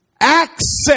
access